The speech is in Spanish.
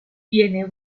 tiene